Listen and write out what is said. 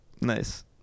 Nice